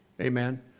Amen